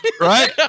Right